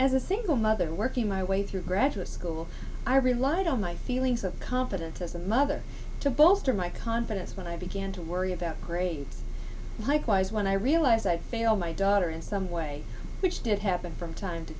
as a single mother working my way through graduate school i relied on my feelings of competence as a mother to bolster my confidence when i began to worry about great hike was when i realized i feel my daughter in some way which did happen from time to